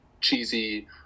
cheesy